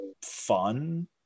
fun